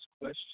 question